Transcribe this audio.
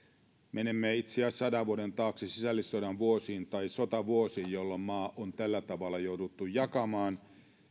menemme itse asiassa sadan vuoden taakse sisällissodan vuosiin tai sotavuosiin jolloin maa on tällä tavalla jouduttu jakamaan